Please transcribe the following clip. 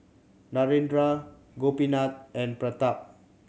Narendra Gopinath and Pratap